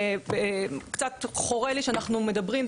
קצת חורה לי שאנחנו מדברים,